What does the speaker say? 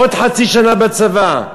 עוד חצי שנה בצבא.